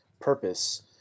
purpose